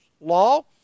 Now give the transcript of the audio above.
law